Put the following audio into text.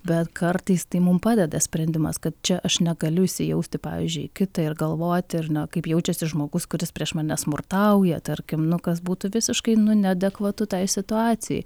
bet kartais tai mum padeda sprendimas kad čia aš negaliu įsijaust į pavyzdžiui į kitą ir galvoti ar ne kaip jaučiasi žmogus kuris prieš mane smurtauja tarkim nu kas būtų visiškai nu neadekvatu tai situacijai